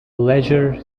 ledger